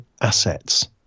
assets